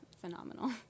phenomenal